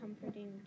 comforting